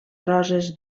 roses